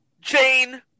Jane